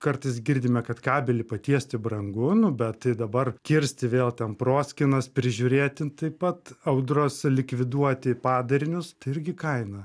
kartais girdime kad kabelį patiesti brangu nu bet tai dabar kirsti vėl ten proskynas prižiūrėti taip pat audros likviduoti padarinius tai irgi kaina